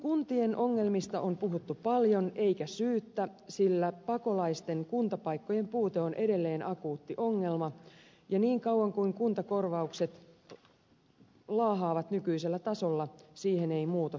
kuntien ongelmista on puhuttu paljon eikä syyttä sillä pakolaisten kuntapaikkojen puute on edelleen akuutti ongelma ja niin kauan kuin kuntakorvaukset laahaavat nykyisellä tasolla siihen ei muutosta saada